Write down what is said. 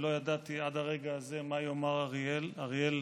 עד לרגע זה לא ידעתי מה יאמר אריאל ואריאל